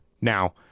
now